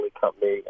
Company